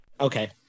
Okay